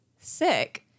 sick